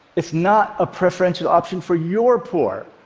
it's not a preferential option for your poor.